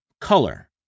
color